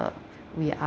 we are